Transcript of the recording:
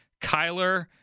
Kyler